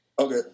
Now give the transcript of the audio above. Okay